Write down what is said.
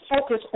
focus